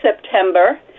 September